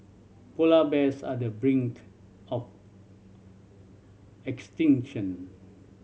polar bears are the brink of extinction